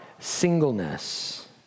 Singleness